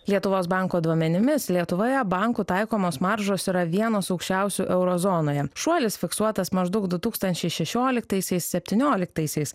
lietuvos banko duomenimis lietuvoje bankų taikomos maržos yra vienos aukščiausių euro zonoje šuolis fiksuotas maždaug du tūkstančiai šešioliktaisiais septynioliktaisiais